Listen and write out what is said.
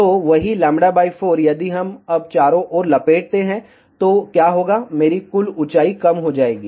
तो वही λ 4 यदि हम अब चारों ओर लपेटते हैं तो क्या होगा मेरी कुल ऊंचाई कम हो जाएगी